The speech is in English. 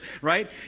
right